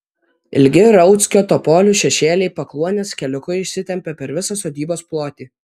ilgi rauckio topolių šešėliai pakluonės keliuku išsitempia per visą sodybos plotį